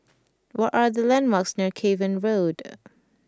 what are the landmarks near Cavan Road